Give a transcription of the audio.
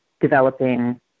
developing